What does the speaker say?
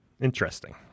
Interesting